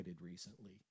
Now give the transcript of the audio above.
recently